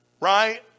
Right